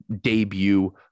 debut